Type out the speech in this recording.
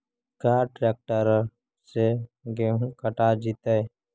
का ट्रैक्टर से गेहूं कटा जितै?